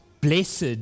Blessed